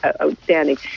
outstanding